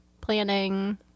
planning